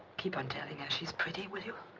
keep on telling her she's pretty, will you?